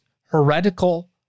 heretical